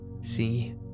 See